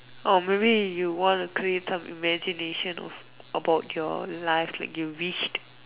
or maybe you want to create some imagination of about your life like you wished